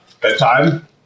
Bedtime